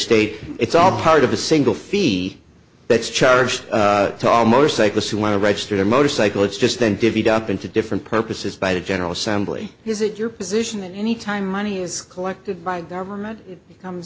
state it's all part of a single fee that's charged tall motorcyclists who want to register their motorcycle it's just then divvied up into different purposes by the general assembly is it your position any time money is collected by government